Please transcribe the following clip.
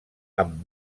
amb